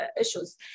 issues